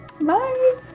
bye